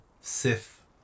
Sith